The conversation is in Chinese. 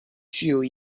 具有